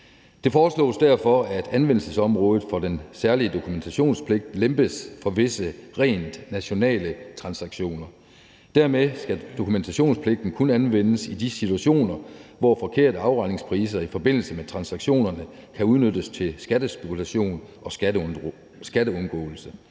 Det foreslås derfor, at anvendelsesområdet for den særlige dokumentationspligt lempes for visse rent nationale transaktioner. Dermed skal dokumentationspligten kun anvendes i de situationer, hvor forkerte afregningspriser i forbindelse med transaktionerne kan udnyttes til skattespekulation og skatteundgåelse.